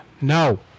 No